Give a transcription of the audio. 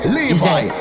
Levi